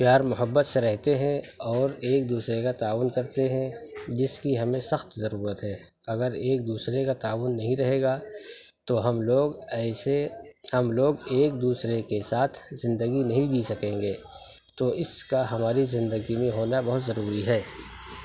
پیار محبت سے رہتے ہیں اور ایک دوسرے کا تعاون کرتے ہیں جس کی ہمیں سخت ضرورت ہے اگر ایک دوسرے کا تعاون نہیں رہے گا تو ہم لوگ ایسے ہم لوگ ایک دوسرے کے ساتھ زندگی نہیں جی سکیں گے تو اس کا ہماری زندگی میں ہونا بہت ضروری ہے